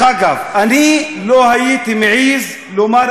אני לא הייתי מעז לומר את אותם דברים.